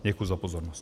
Děkuji za pozornost.